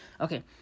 Okay